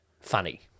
funny